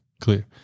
clear